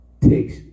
takes